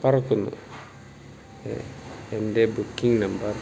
പറക്കുന്നു എൻ്റെ booking number